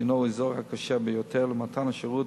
שהינו האזור הקשה ביותר למתן השירות,